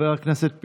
חבר הכנסת פינדרוס,